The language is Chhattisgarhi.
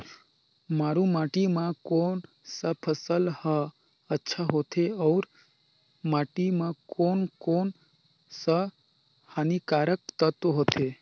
मारू माटी मां कोन सा फसल ह अच्छा होथे अउर माटी म कोन कोन स हानिकारक तत्व होथे?